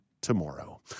tomorrow